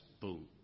boom